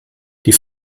die